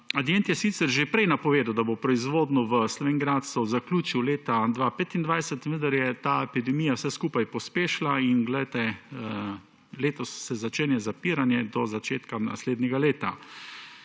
Adient je sicer že prej napovedal, da bo proizvodnjo v Slovenj Gradcu zaključil leta 2025, vendar je ta epidemija vse skupaj pospešila. Letos se začenja zapiranje do začetka naslednjega leta.